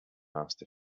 asked